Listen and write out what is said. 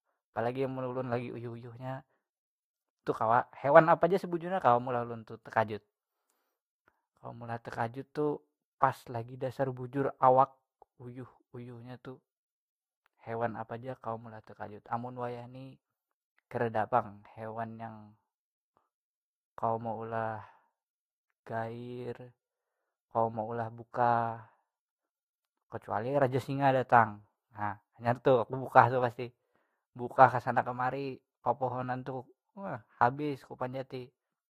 Apalagi amun ulun lagi uyuh uyuhnya tu kawa hewan apa ja sebujurnya kawa meulah ulun tu takajut kawa meulah takajut tu pas lagi dasar awak uyuh uyuhnya tu hewan apa ja kawa meulah takajut amun wayah ni kadada pang hewan yang kawa meulah gair kawa meulah bukah kecuali raja singa datang hah hanyar tu bukah pasti bukah kesana kemari pepohonan tuh heh habis ku panjati.